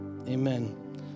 Amen